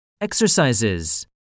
Exercises